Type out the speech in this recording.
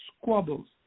squabbles